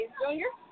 junior